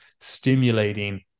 stimulating